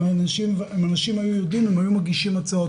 אם אנשים היו יודעים הם היו מגישים הצעות,